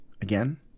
again